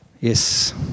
Yes